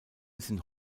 sind